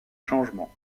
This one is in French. changements